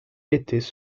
étaient